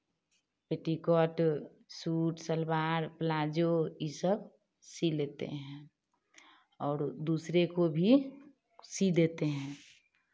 petticoat suit सलवार palazzo ये सब सिल लेते हैं और दूसरे को भी सिल देते हैं